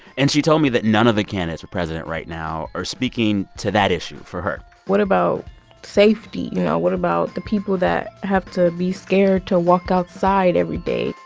and she told me that none of the candidates for president right now are speaking to that issue for her what about safety? you know, what about the people that have to be scared to walk outside every day?